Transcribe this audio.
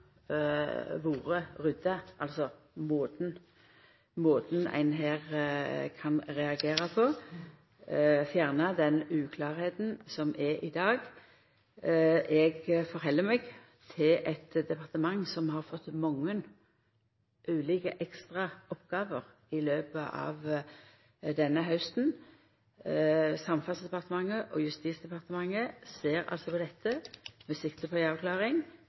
vore rydda opp i – altså i måten ein her kan reagera på – og at ein hadde fjerna den uklarheita som er i dag. Eg støttar meg til eit departement som har fått mange ulike, ekstra oppgåver i løpet av denne hausten. Samferdselsdepartementet og Justisdepartementet ser på dette med sikte på ei avklaring.